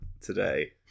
today